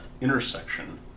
intersection